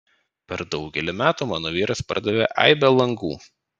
per daugelį metų mano vyras pardavė aibę langų